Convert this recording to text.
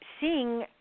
seeing